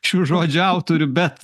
šių žodžių autorių bet